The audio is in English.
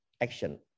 action